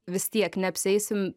vis tiek neapsieisim